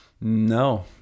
No